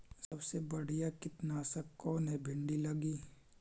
सबसे बढ़िया कित्नासक कौन है भिन्डी लगी?